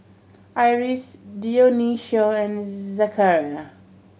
Iris Dionicio and Zechariah